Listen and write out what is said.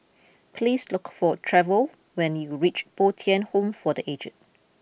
please look for Trevor when you reach Bo Tien Home for the aged